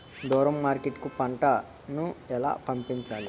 దూరం మార్కెట్ కు పంట ను ఎలా పంపించాలి?